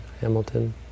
Hamilton